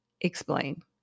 explain